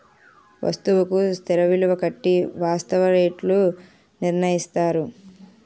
వస్తువుకు స్థిర విలువ కట్టి వాస్తవ రేట్లు నిర్ణయిస్తారు